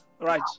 Right